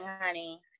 honey